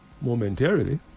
momentarily